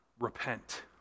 Repent